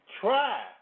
try